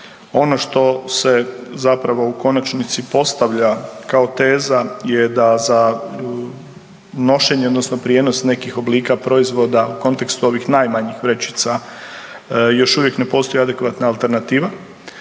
Ono što se zapravo u konačnici postavlja kao teza je da za nošenje, odnosno prijenos nekih oblika proizvoda u kontekstu ovih najmanjih vrećica još uvijek ne postoj adekvatna alternativa,